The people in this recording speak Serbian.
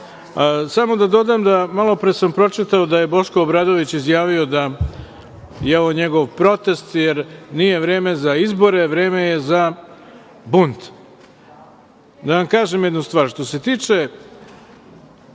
mera. Samo da dodam, malopre sam pročitao da je Boško Obradović izjavio da je ovo njegov protest, jer nije vreme za izbore, vreme je za bunt. Da vam kažem jednu stvar, što se tiče